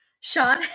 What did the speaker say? Sean